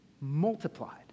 multiplied